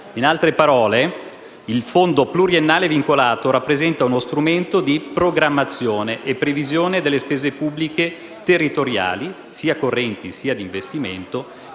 In altre parole, il fondo pluriennale vincolato rappresenta uno strumento di programmazione e previsione delle spese pubbliche territoriali, sia correnti che di investimento,